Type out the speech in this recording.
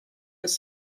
was